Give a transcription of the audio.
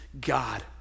God